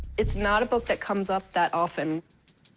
it's not a book that comes up that often.